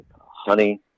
honey